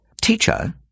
Teacher